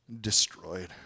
destroyed